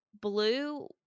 blue